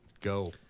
Go